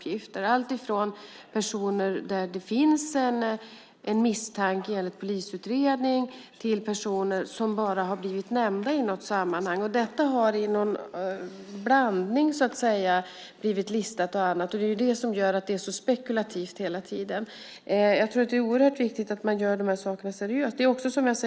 Det gäller alltifrån personer där det enligt polisutredning finns en misstanke till personer som bara har blivit nämnda i något sammanhang. Detta har blivit listat i en blandning. Det är det som gör att det hela är så spekulativt hela tiden. Jag tror att det är oerhört viktigt att man gör de här sakerna seriöst.